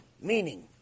Meaning